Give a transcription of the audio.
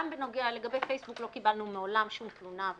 לגבי פייסבוק לא קיבלנו מעולם שום תלונה,